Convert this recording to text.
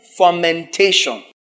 fermentation